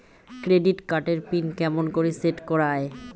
Credit card এর pin কেমন করি সেট করা য়ায়?